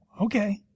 okay